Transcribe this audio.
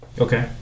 Okay